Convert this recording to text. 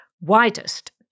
Widest